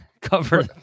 cover